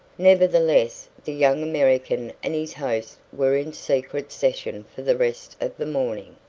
nevertheless the young american and his host were in secret session for the rest of the morning,